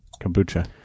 Kombucha